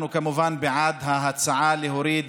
אנחנו כמובן בעד ההצעה להוריד